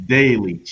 daily